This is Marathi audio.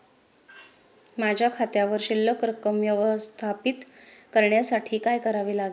माझ्या खात्यावर शिल्लक रक्कम व्यवस्थापित करण्यासाठी काय करावे लागेल?